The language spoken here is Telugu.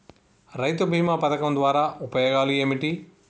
రైతు బీమా పథకం ద్వారా ఉపయోగాలు ఏమిటి?